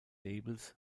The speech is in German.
labels